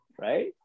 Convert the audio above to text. right